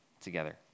together